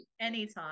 Anytime